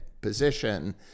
position